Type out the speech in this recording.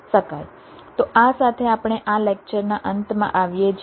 તો આ સાથે આપણે આ લેક્ચરના અંતમાં આવીએ છીએ